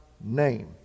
name